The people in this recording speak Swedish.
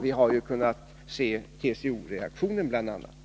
Det har vi kunnat se på bl.a. TCO-reaktionen.